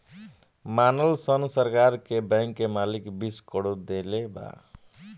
मानल सन सरकार के बैंक के मालिक बीस करोड़ देले बा